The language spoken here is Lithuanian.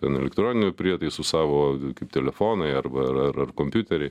ten elektroninių prietaisų savo kaip telefonai arba ar ar kompiuteriai